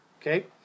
Okay